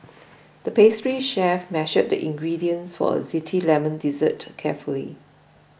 the pastry chef measured the ingredients for a Zesty Lemon Dessert carefully